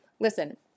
Listen